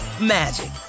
magic